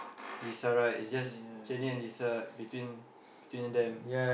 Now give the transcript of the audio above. Lisa right is just Jennie and Lisa between between them